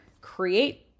create